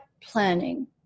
planning